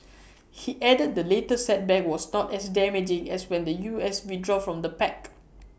he added the latest setback was not as damaging as when the U S withdrew from the pact